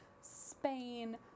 Spain